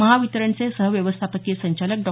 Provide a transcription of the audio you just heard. महावितरणचे सहव्यवस्थापकीय संचालक डॉ